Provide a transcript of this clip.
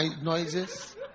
noises